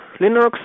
Linux